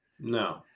No